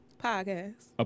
podcast